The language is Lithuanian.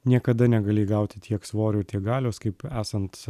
niekada negali įgauti tiek svorio tiek galios kaip esant